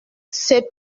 c’est